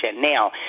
Now